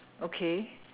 okay